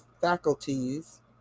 faculties